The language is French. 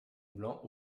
blanc